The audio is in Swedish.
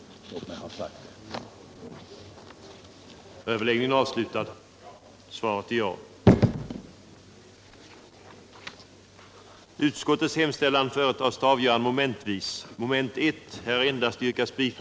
Låt mig ha sagt det.